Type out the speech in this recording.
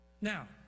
Now